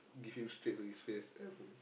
give him straight to his face and